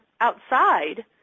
outside